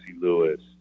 Lewis